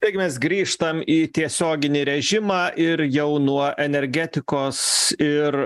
taigi mes grįžtam į tiesioginį režimą ir jau nuo energetikos ir